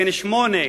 בן 8,